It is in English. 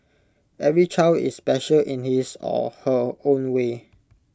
every child is special in his or her own way